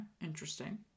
interesting